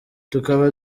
tukaba